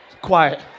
quiet